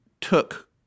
took